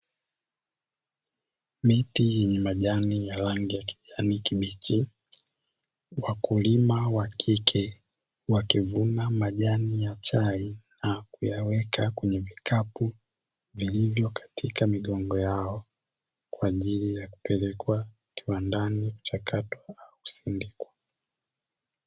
Miti yenye majani ya rangi ya kijani kibichi; wakulima wakike wakivuna majani ya chai na kuyaweka kwenye vikapu vilivyo katika migongo yao kwa ajili ya kupelekwa kiwandani kuchakatwa na kusindikwa.